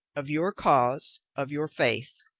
of your cause, of your faith.